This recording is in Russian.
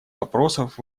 вопросов